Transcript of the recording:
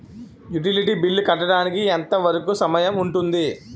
Utility bill కట్టడానికి ఎంత వరుకు సమయం ఉంటుంది?